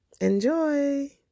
Enjoy